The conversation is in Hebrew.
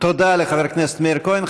תודה לחבר הכנסת מאיר כהן.